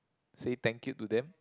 say thank you to them